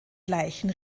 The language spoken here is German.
gleichen